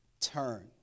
Turn